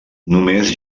només